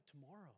tomorrow